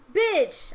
bitch